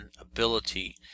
ability